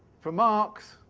for marx,